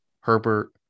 Herbert